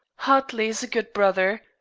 hartley is a good brother,